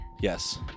Yes